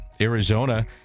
arizona